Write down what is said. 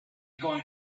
going